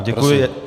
Děkuji.